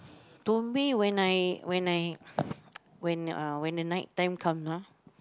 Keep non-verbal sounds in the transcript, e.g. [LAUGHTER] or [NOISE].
to me when I when I [NOISE] when uh when the night time come ah